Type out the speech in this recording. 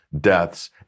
deaths